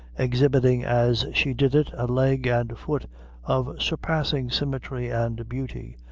exhibiting as she did it, a leg and foot of surpassing symmetry and beauty.